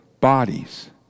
bodies